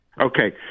Okay